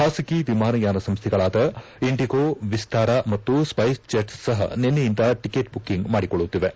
ಖಾಸಗಿ ವಿಮಾನಯಾನ ಸಂಸ್ಟೆಗಳಾದ ಇಂಡಿಗೊ ವಿಸ್ತಾರ ಮತ್ತು ಸ್ಪೈಸ್ ಜೆಟ್ ಸಹ ನಿನ್ನೆಯಿಂದ ಟಿಕೆಟ್ ಬುಕ್ಕಿಂಗ್ ಮಾಡಿಕೊಳ್ಳುತ್ತಿವೆ